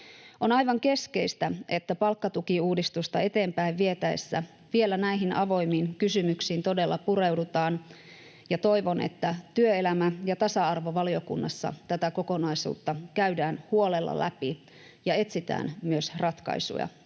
On aivan keskeistä, että palkkatukiuudistusta eteenpäin vietäessä vielä näihin avoimiin kysymyksiin todella pureudutaan, ja toivon, että työelämä‑ ja tasa-arvovaliokunnassa tätä kokonaisuutta käydään huolella läpi ja etsitään myös ratkaisuja